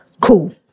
Cool